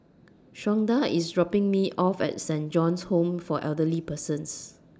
Shawnda IS dropping Me off At Saint John's Home For Elderly Persons